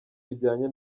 bijyanye